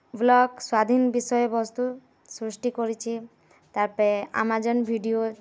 blog ସ୍ୱାଧୀନ ବିଷୟବସ୍ତୁ ସୃଷ୍ଟି କରିଛି ତାପରେ ଆମାଜନ୍ ଭିଡ଼ିଓ